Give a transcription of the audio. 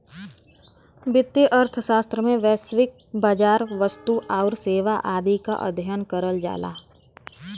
वित्तीय अर्थशास्त्र में वैश्विक बाजार, वस्तु आउर सेवा आदि क अध्ययन करल जाला